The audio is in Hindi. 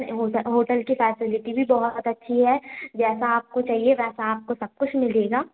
होटल होटल के साथ फैसलिटी भी बहुत अच्छी है जैसा आपको चाहिए वैसा आपको सब कुछ मिलेगा